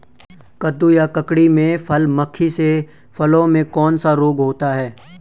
कद्दू या ककड़ी में फल मक्खी से फलों में कौन सा रोग होता है?